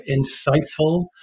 insightful